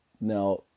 now